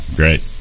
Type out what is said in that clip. great